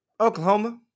Oklahoma